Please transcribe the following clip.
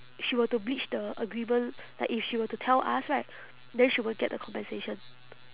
she were to breach the agreement like if she were to tell us right then she won't get the compensation